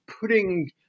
putting